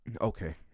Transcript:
okay